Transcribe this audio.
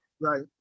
Right